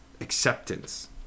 acceptance